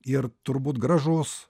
ir turbūt gražus